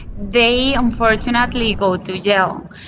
they unfortunately go to jail.